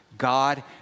God